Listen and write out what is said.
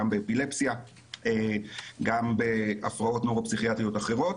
גם באפילפסיה וגם בהפרעות נוירו-פסיכיאטריות אחרות